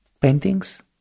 paintings